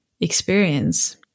experience